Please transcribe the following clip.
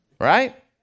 right